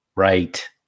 Right